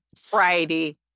Friday